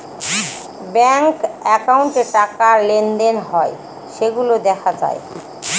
bank একাউন্টে টাকা লেনদেন হয় সেইগুলা দেখা যায়